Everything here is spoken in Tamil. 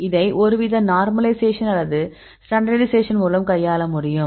இதை ஒருவித நார்மலைசேஷன் அல்லது ஸ்டாண்டர்டைசேஷன் மூலம் கையாள முடியும்